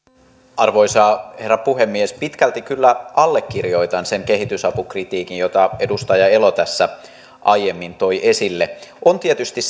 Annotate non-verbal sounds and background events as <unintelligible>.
arvoisa herra puhemies pitkälti kyllä allekirjoitan sen kehitysapukritiikin jota edustaja elo tässä aiemmin toi esille on tietysti <unintelligible>